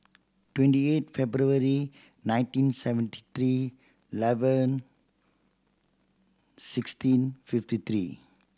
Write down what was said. twenty eight February nineteen seventy three eleven sixteen fifty three